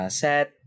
set